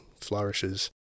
flourishes